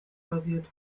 basiert